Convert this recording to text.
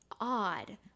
odd